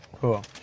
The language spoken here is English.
Cool